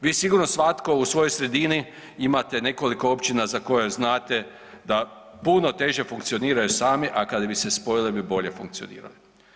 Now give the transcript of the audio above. Vi sigurno svatko u svojoj sredini imate nekoliko općina za koje znate da puno teže funkcioniraju sami, a kad bi se spojili bi bolje funkcionirali.